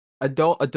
adult